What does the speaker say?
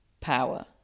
power